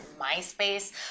MySpace